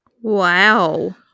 Wow